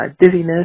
dizziness